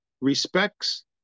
respects